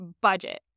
budget